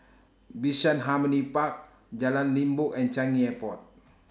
Bishan Harmony Park Jalan Limbok and Changi Airport